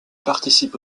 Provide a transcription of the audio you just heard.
participe